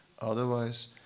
Otherwise